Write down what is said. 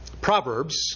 Proverbs